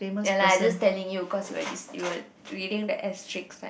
ya lah i just telling you cause you were dis~ you were reading the Straits Times